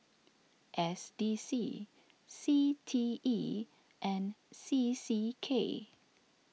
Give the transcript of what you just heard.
S D C C T E and C C K